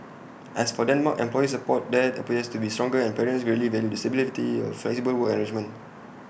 as for Denmark employer support there appears to be stronger and parents greatly value the availability of flexible work arrangements